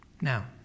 Now